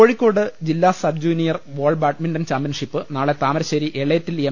കോഴിക്കോട് ജില്ലാസബ്ജൂനിയർ ball badminton championship നാളെ Thamarassery Elettil M